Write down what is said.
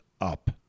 up